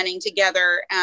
together